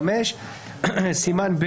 חוק המפלגות, מס' ...